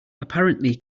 apparently